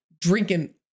drinking